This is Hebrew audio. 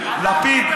לפיד,